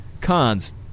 Cons